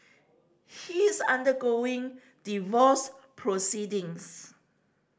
he is undergoing divorce proceedings